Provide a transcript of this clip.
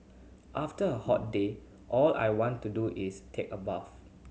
after a hot day all I want to do is take a bath